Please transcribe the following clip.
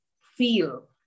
feel